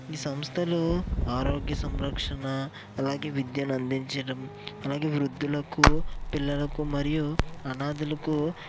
ఈ సంస్థలో ఆరోగ్య సంరక్షణ అలాగే విద్యను అందించడం అలాగే వృద్ధులకు పిల్లలకు మరియు అనాథలకు